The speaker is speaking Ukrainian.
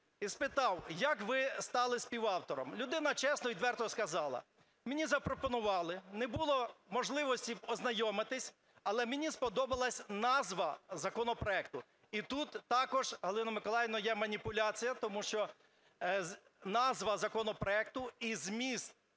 І спитав, як ви стали співавтором? Людина чесно і відверто сказала, мені запропонували, не було можливості ознайомитись, але мені сподобалась назва законопроекту. І тут також, Галино Миколаївно, є маніпуляція, тому що назва законопроекту і зміст